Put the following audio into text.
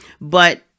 But-